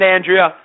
Andrea